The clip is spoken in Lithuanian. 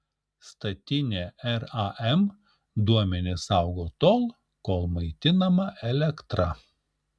statinė ram duomenis saugo tol kol maitinama elektra